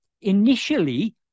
initially